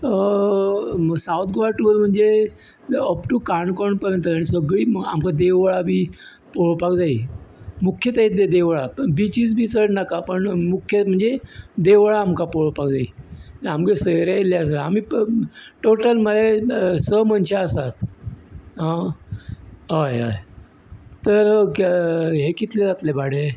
south Goa tour म्हणजे up to Canacona पर्यंत रे आनी सगळी आमकां देवळां बी पळोवपाक जायी मुख्य ते देवळां बिचीज बी चड नाकात पण मुख्य म्हणजे देवळां आमकां पळोवपाक जायी आमगेर सयरे येयल्ले आसा आमी टोटल मरे स मनशां आसात आं हय हय तो हे कितलें जातलें भाडें